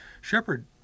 Shepard